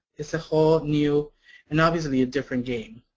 it's a whole new and obviously a different game.